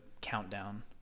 countdown